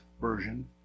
Version